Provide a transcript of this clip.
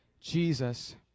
Jesus